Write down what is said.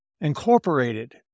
incorporated